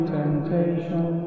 temptation